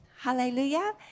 Hallelujah